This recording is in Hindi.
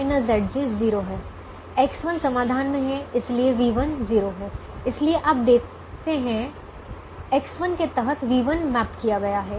X 1 समाधान में है इसलिए v1 0 है इसलिए आप देखते हैं X1 के तहत v1 मैप किया गया है v2 v1 0 है